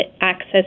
access